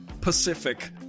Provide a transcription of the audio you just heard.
Pacific